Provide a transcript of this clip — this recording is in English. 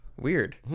Weird